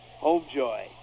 HomeJoy